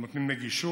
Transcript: והם נותנים גישה